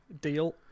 deal